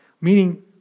Meaning